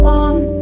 one